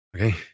Okay